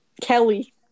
Kelly